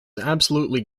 absolutely